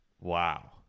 Wow